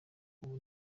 ubu